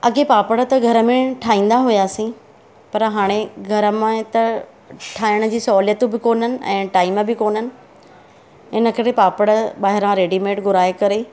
अॻे पापड़ त घर में ठाहींदा हुआसीं पर हाणे घर में त ठाहिण जी सहूलियत बि कोन्हनि ऐं टाइम बि कोन्हनि इनकरे पापड़ ॿाहिरां रेडीमेड घुराए करे